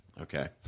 okay